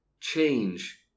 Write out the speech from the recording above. change